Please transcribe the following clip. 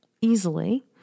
easily